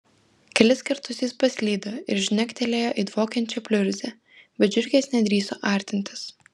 kelis kartus jis paslydo ir žnektelėjo į dvokiančią pliurzę bet žiurkės nedrįso artintis